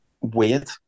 weird